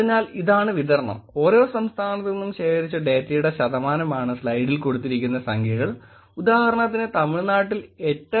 അതിനാൽ ഇതാണ് വിതരണം ഓരോ സംസ്ഥാനത്തുനിന്നും ശേഖരിച്ച ഡേറ്റയുടെ ശതമാനം ആണ് സ്ലൈഡിൽ കൊടുത്തിരിക്കുന്ന സംഖ്യകൾ ഉദാഹരണത്തിന് തമിഴ്നാട്ടിൽ 8